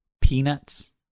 peanuts